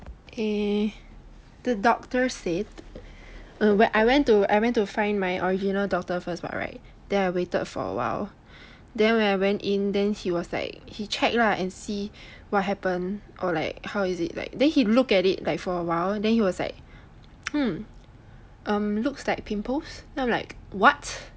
eh the doctor said I went to I went to find my original doctor first what right then I waited for a while then when I went in then he was like he check lah and see what happen or like how is it like then he look at it for a while then he was like hmm um looks like pimples then I'm like what